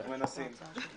אנחנו מנסים.